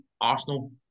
Arsenal